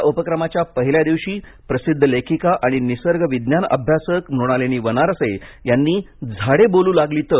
या उपक्रमाच्या पहिल्या दिवशी प्रसिद्ध लेखिका आणि निसर्ग विज्ञान अभ्यासक मृणालिनी वनारसे यांनी झाडे बोलू लागली तर